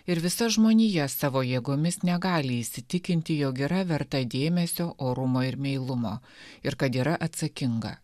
ir visa žmonija savo jėgomis negali įsitikinti jog yra verta dėmesio orumo ir meilumo ir kad yra atsakinga